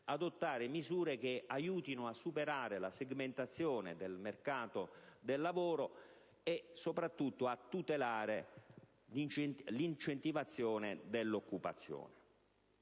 adottare misure che aiutino a superare la segmentazione del mercato del lavoro e soprattutto a tutelare l'incentivazione dell'occupazione.